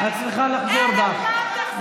את צריכה לחזור בך.